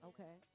Okay